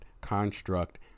construct